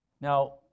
Now